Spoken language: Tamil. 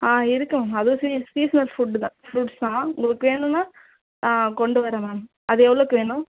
ஆ இருக்குது மேம் அதுவும் சீ சீஸ்னல் ஃபுட்டு தான் ஃப்ரூட்ஸ் தான் உங்களுக்கு வேணும்னா கொண்டு வரேன் மேம் அது எவ்வளோக்கு வேணும்